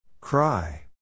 Cry